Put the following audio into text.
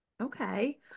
Okay